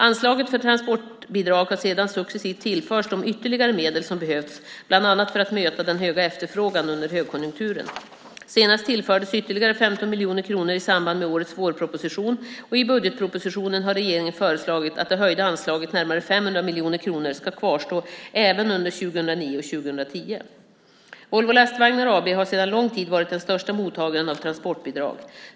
Anslaget för transportbidrag har sedan successivt tillförts de ytterligare medel som behövts, bland annat för att möta den höga efterfrågan under högkonjunkturen. Senast tillfördes ytterligare 50 miljoner kronor i samband med årets vårproposition, och i budgetpropositionen har regeringen föreslagit att det höjda anslaget, närmare 500 miljoner kronor, ska kvarstå även under åren 2009 och 2010. Volvo Lastvagnar AB har sedan lång tid varit den största mottagaren av transportbidrag.